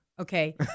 Okay